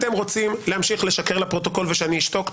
אתם רוצים להמשיך לשקר לפרוטוקול ושאני אשתוק?